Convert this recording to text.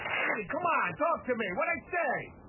and lydia, come on. talk to me. what'd i say?